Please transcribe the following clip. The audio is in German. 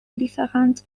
lieferant